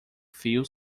fio